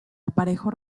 aparejo